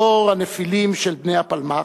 דור הנפילים של בני הפלמ"ח,